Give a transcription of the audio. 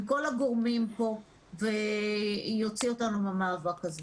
כל הגורמים פה ויוציא אותנו מהמאבק הזה.